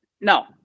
No